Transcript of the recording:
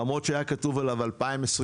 למרות שהיה כתוב עליו 2022,